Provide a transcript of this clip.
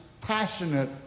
passionate